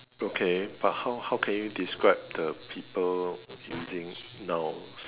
okay but how how can you describe the people using nouns